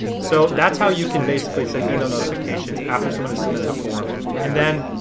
so that's how you can basically send email notifications after someone has submitted a form and then,